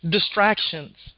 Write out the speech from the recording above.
Distractions